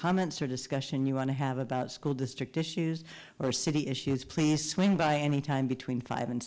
comments or discussion you want to have about school district issues or city issues please swing by anytime between five and